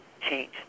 change